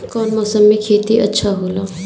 कौन मौसम मे खेती अच्छा होला?